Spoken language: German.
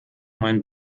mein